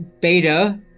beta